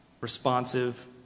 responsive